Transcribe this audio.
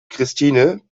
christine